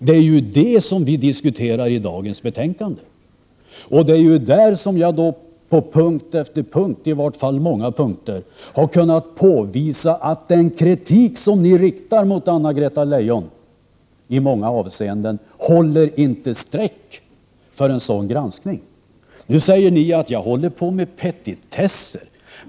Det är sådana frågor som vi diskuterar i dagens betänkande, och det är där som jag på många punkter har kunnat påvisa att den kritik som ni riktar mot Anna-Greta Leijon i många avseenden inte håller för en granskning. Nu säger ni att jag ägnar mig åt petitesser.